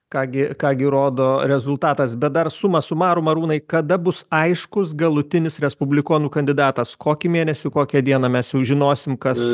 ką gi ką gi rodo rezultatas bet dar suma sumarum arūnai kada bus aiškus galutinis respublikonų kandidatas kokį mėnesį kokią dieną mes jau žinosim kas